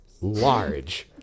large